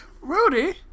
Rudy